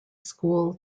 school